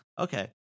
Okay